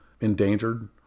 endangered